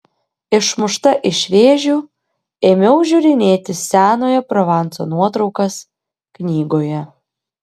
išmušta iš vėžių ėmiau žiūrinėti senojo provanso nuotraukas knygoje